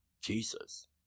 Jesus